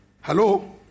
Hello